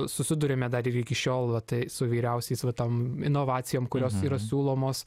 susiduriame dar ir iki šiol va tai su įvairiausiais va tom inovacijom kurios yra siūlomos